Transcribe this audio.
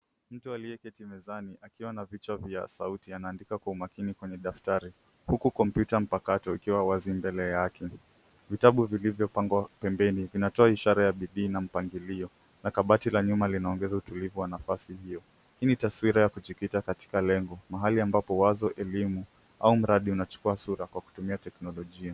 Mtu aliyeketi mezani akiwa na vichwa vya sauti anaandika kwa umakini kwenye daftari, huku kompyuta mpakato ikiwa wazi mbele yake. Vitabu vilivyopangwa pembeni vinatoa ishara ya bidii na mpangilio, na kabati la nyuma linaongeza utulivu wa nafasi hiyo. Hii ni taswira ya kujikita katika lengo, mahali ambapo wazo, elimu au mradi unachukua sura kwa kutumia teknolojia.